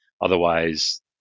otherwise